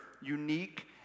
unique